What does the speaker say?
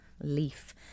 leaf